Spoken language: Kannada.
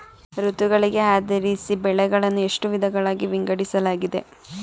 ಋತುಗಳಿಗೆ ಆಧರಿಸಿ ಬೆಳೆಗಳನ್ನು ಎಷ್ಟು ವಿಧಗಳಾಗಿ ವಿಂಗಡಿಸಲಾಗಿದೆ?